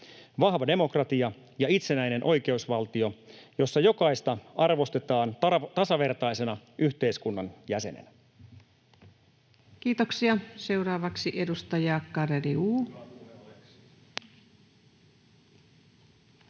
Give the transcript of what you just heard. vahva demokratia ja itsenäinen oikeusvaltio, jossa jokaista arvostetaan tasavertaisena yhteiskunnan jäsenenä.” Kiitoksia. — Seuraavaksi edustaja Garedew. Arvoisa